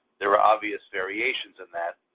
there are obvious variations in that,